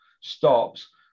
stops